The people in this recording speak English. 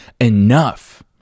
enough